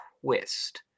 twist